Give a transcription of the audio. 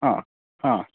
ಹಾಂ ಹಾಂ